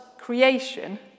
creation